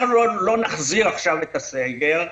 אנחנו לא נחזיר עכשיו את הסגר,